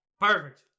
Perfect